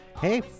Hey